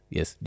Yes